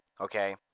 okay